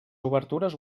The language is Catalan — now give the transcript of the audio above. obertures